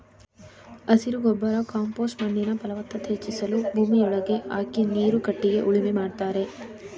ಹಸಿರು ಗೊಬ್ಬರ ಕಾಂಪೋಸ್ಟ್ ಮಣ್ಣಿನ ಫಲವತ್ತತೆ ಹೆಚ್ಚಿಸಲು ಭೂಮಿಯೊಳಗೆ ಹಾಕಿ ನೀರು ಕಟ್ಟಿಗೆ ಉಳುಮೆ ಮಾಡ್ತರೆ